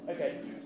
Okay